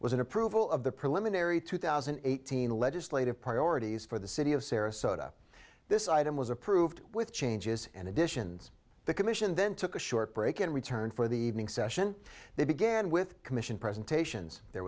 an approval of the preliminary two thousand and eighteen legislative priorities for the city of sarasota this item was approved with changes and additions the commission then took a short break in return for the evening session they began with commission presentations there